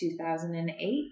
2008